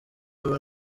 ava